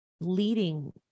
leading